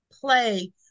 play